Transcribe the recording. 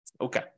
Okay